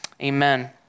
Amen